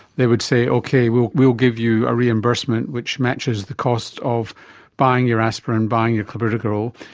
they would say okay, we'll we'll give you a reimbursement which matches the cost of buying your aspirin, buying your clopidogrel,